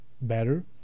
better